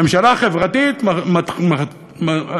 ממשלה חברתית מחליטה,